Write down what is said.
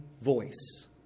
voice